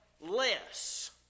less